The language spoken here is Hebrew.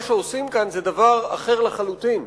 מה שעושים כאן זה דבר אחר לחלוטין.